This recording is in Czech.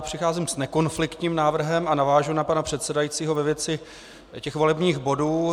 Přicházím s nekonfliktním návrhem a navážu na pana předsedajícího ve věci volebních bodů.